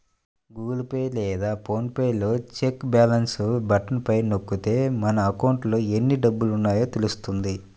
Google Pay లేదా PhonePe లో check balance button పైన నొక్కితే మన అకౌంట్లో ఎన్ని డబ్బులున్నాయో తెలుస్తుంది